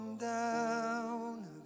down